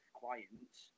clients